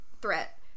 threat